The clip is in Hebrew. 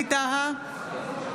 ווליד טאהא,